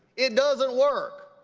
it doesn't work.